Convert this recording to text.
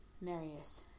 Marius